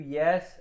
yes